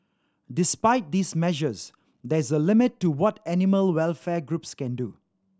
despite these measures there is a limit to what animal welfare groups can do